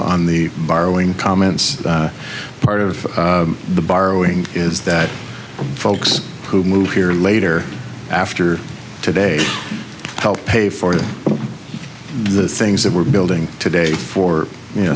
on the borrowing comments part of the borrowing is that folks who move here later after today help pay for the things that we're building today for you know